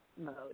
mode